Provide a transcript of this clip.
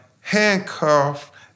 handcuffed